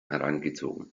herangezogen